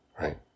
Right